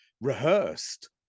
rehearsed